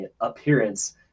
appearance